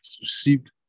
received